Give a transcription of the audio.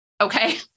okay